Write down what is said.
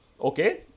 Okay